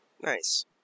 Nice